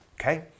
okay